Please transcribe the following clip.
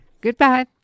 goodbye